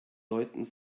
leuten